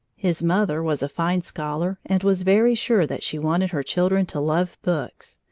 his mother was a fine scholar and was very sure that she wanted her children to love books,